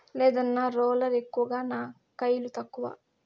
లేదన్నా, రోలర్ ఎక్కువ నా కయిలు తక్కువ